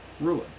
ruin